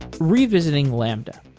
revisiting lambda.